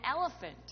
elephant